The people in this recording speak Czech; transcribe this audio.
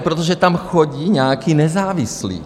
Protože tam chodí nějaký nezávislý.